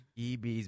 EB's